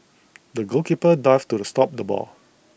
the goalkeeper dived to stop the ball